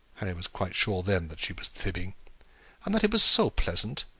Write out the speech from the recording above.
harry was quite sure then that she was fibbing and that it was so pleasant!